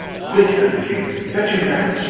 quick! said the king. fetch him back!